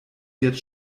jetzt